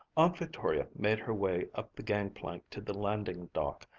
aunt victoria made her way up the gang-plank to the landing dock,